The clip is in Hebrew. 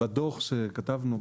בדו"ח שכתבנו,